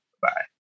Bye